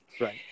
Right